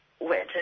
went